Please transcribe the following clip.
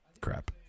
Crap